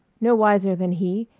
no wiser than he,